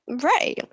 Right